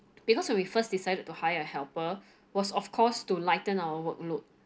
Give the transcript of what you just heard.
because when we first decided to hire a helper was of course to lighten our workload